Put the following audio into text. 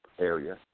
area